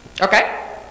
Okay